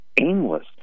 aimless